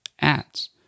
ads